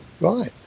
right